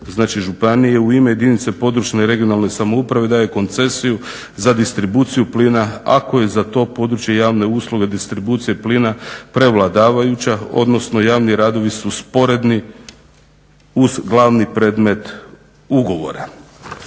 znači županije u ime jedinice područne regionalne samouprave daje koncesiju za distribuciju plina ako je za to područje javne usluge distribucije plina prevladavajuća odnosno javni radovi su sporedni uz glavni predmet ugovora.